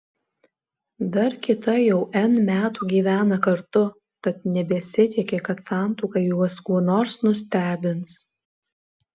dar kita jau n metų gyvena kartu tad nebesitiki kad santuoka juos kuo nors nustebins